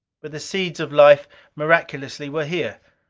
but the seeds of life miraculously were here.